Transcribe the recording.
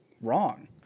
wrong